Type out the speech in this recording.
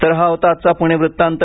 तर हा होता आजचा पुणे वृत्तांत